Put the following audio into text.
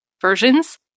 versions